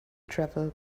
travel